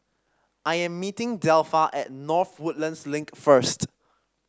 I am meeting Delpha at North Woodlands Link first